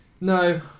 No